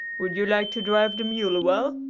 would you like to drive the mule awhile?